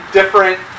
different